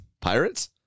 pirates